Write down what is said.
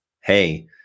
hey